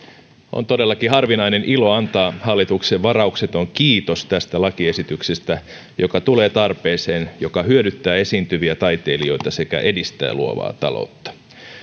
on todellakin harvinainen ilo antaa hallitukselle varaukseton kiitos tästä lakiesityksestä joka tulee tarpeeseen joka hyödyttää esiintyviä taiteilijoita sekä edistää luovaa taloutta